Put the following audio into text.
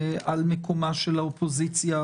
על מקומה של האופוזיציה,